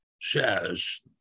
says